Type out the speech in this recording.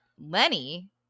Lenny